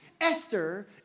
Esther